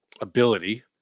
ability